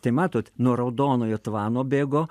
tai matot nuo raudonojo tvano bėgo